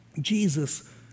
Jesus